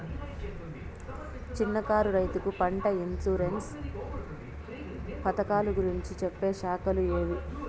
చిన్న కారు రైతుకు పంట ఇన్సూరెన్సు పథకాలు గురించి చెప్పే శాఖలు ఏవి?